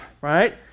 Right